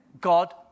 God